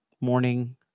morning